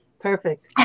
perfect